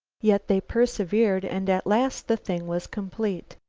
yet they persevered and at last the thing was complete.